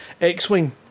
X-Wing